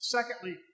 Secondly